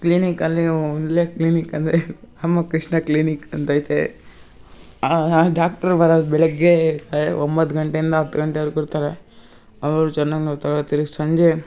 ಕ್ಲೀನಿಕಲ್ಲಿಯೂ ಇಲ್ಲೇ ಕ್ಲೀನಿಕಲ್ಲಿ ಕೃಷ್ಣ ಕ್ಲೀನಿಕ್ ಅಂತೈತೆ ಆ ಆ ಡಾಕ್ಟ್ರ್ ಬರೋದು ಬೆಳಿಗ್ಗೆ ಒಂಬತ್ತು ಗಂಟೆಯಿಂದ ಹತ್ತು ಗಂಟೆವರೆಗೂ ಇರ್ತಾರೆ ಅವರು ಚೆನ್ನಾಗಿ ನೋಡ್ತಾರೆ ತಿರ್ಗಿ ಸಂಜೆ